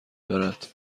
دارد